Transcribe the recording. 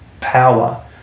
power